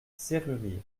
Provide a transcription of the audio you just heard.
serrurier